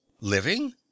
Living